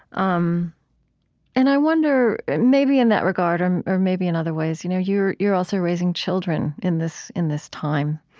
um and i wonder maybe in that regard, or or maybe in other ways. you know you're you're also raising children in this in this time.